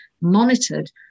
monitored